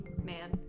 man